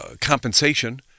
compensation